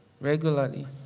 Regularly